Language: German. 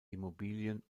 immobilien